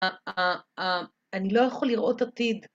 ‫אני לא יכול לראות עתיד.